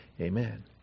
Amen